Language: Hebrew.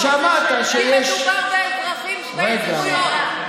כי מדובר באזרחים שווי זכויות,